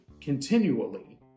continually